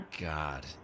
God